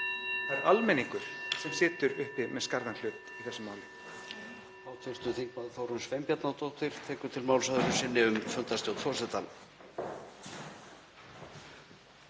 Það er almenningur sem situr uppi með skarðan hlut í þessu máli.